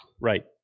Right